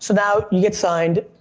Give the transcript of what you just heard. so now, you get signed,